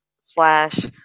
slash